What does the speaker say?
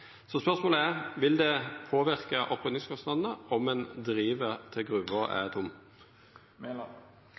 Spørsmålet er: Vil det påverka oppryddingskostnadene om ein driv til gruva er tom?